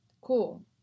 Cool